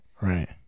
Right